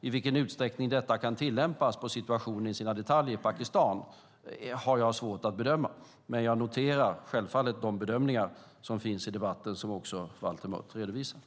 I vilken utsträckning detta kan tillämpas på situationen i dess detaljer i Pakistan har jag svårt att bedöma, men jag noterar självfallet de bedömningar som finns i debatten och som också Valter Mutt redovisade.